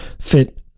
fit